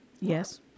Yes